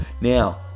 Now